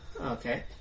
Okay